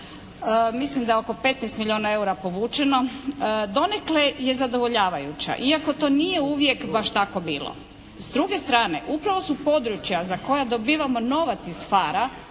mislim da oko 15 milijuna eura povučeno, donekle je zadovoljavajuća, iako to nije uvijek baš tako bilo. S druge strane upravo su područja za koja dobivamo novac iz